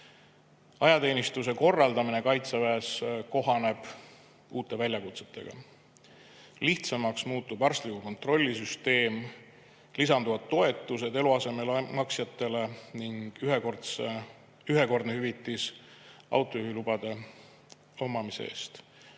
Ajateenistuse korraldamine Kaitseväes kohaneb uute väljakutsetega. Lihtsamaks muutub arstliku kontrolli süsteem, lisanduvad toetused eluasemelaenu maksjatele ning ühekordne hüvitis autojuhilubade omamise eest.